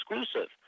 exclusive